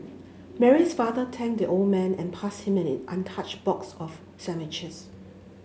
Mary's father thanked the old man and passed him an untouched box of sandwiches